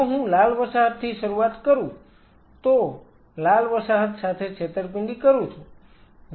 જો હું લાલ વસાહતથી શરૂઆત કરું તો લાલ વસાહત સાથે છેતરપિંડી કરું છું